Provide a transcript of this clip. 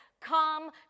Come